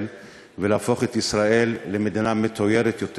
ולהפוך את ישראל למדינה מתוירת יותר,